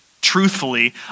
truthfully